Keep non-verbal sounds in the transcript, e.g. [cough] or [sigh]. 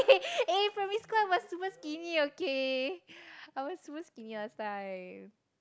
[noise] eh primary school I was super skinny okay I was super skinny last time